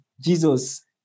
Jesus